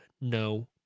no